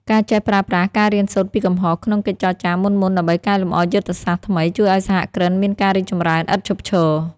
ការចេះប្រើប្រាស់ "ការរៀនសូត្រពីកំហុស" ក្នុងកិច្ចចរចាមុនៗ ដើម្បីកែលម្អយុទ្ធសាស្ត្រថ្មី ជួយឱ្យសហគ្រិនមានការរីកចម្រើនឥតឈប់ឈរ។